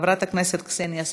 חברת הכנסת קסניה סבטלובה,